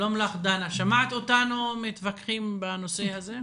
שלום לך, דנה, שמעת אותנו מתווכחים בנושא הזה?